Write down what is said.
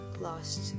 lost